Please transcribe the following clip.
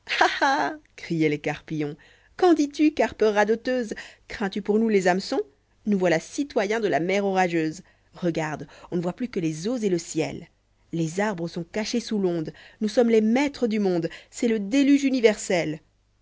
ah crioientles carpillons qu'en dis-tu carpe radoteuse crains-tu pour nous les hameçons nous voilà citoyens de la mer orageuse regarde on ne voit plus que lés eaux et le ciel les arbres sont cachés sous l'onde nous sommes les maîtres du'monde c'est le déluge universel